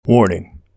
Warning